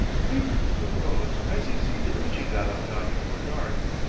favored with good roads, i succeed in reaching gadamgah before dark,